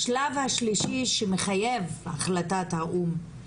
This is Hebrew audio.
השלב השלישי שמחייב החלטת האו"ם,